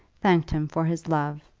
thanked him for his love.